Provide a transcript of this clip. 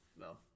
no